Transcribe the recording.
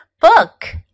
Book